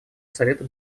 совета